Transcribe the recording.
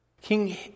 King